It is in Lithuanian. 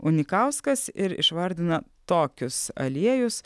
unikauskas ir išvardina tokius aliejus